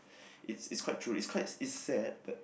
it's it's quite true is quite is sad but